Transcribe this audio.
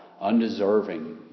undeserving